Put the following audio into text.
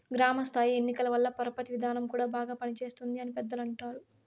గ్రామ స్థాయి ఎన్నికల వల్ల పరపతి విధానం కూడా బాగా పనిచేస్తుంది అని పెద్దలు అంటారు